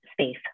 space